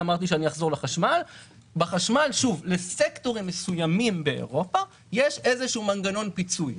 בחשמל לסקטורים מסוימים באירופה יש איזשהו מנגנון פיצוי.